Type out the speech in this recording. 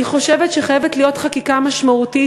אני חושבת שחייבת להיות חקיקה משמעותית